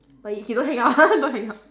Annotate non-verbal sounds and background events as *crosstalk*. but you you don't hang up *laughs* don't hang up